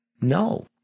No